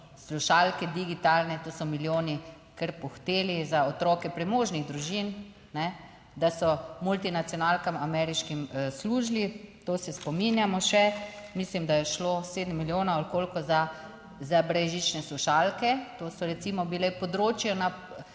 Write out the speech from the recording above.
slušalke digitalne, to so milijoni, kar puhteli za otroke premožnih družin, da so multinacionalkam ameriškim služili, to se spominjamo še, mislim da je šlo sedem milijonov ali koliko, za brezžične slušalke. To so recimo bili ukrepi na